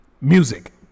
Music